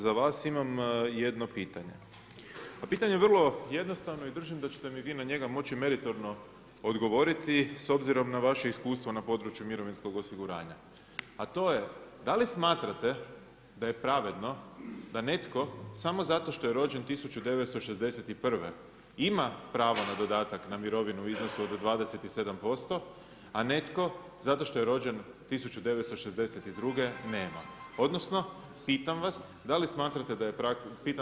Za vas imam jedno pitanje, a pitanje je vrlo jednostavno i držim da ćete mi vi na njega moći meritorno odgovoriti s obzirom na vaše iskustvo na području mirovinskog osiguranja, a to je da li smatrate da je pravedno da netko samo zato što je rođen 1961. ima pravo na dodatak na mirovinu od 27%, a netko zato što je rođen 1962. nema odnosno pitam vas, da li smatrate da je praksa HZMO-a ispravna ili ne?